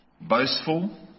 Boastful